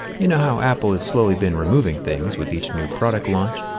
you know how apple has slowly been removing things with each new product launch.